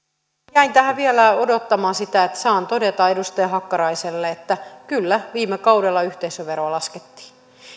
jäin tähän vielä odottamaan sitä että saan todeta edustaja hakkaraiselle että kyllä viime kaudella yhteisöveroa laskettiin